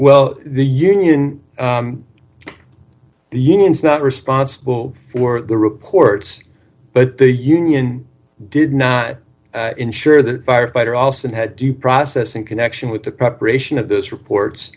well the union the union's not responsible for the reports but the union did not ensure the firefighter also had due process in connection with the preparation of those reports